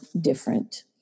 different